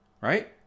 right